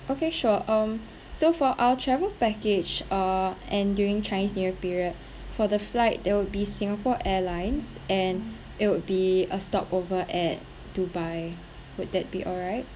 okay sure um so for our travel package ah and during chinese new year period for the flight they'll be singapore airlines and it would be a stopped over at dubai would that be alright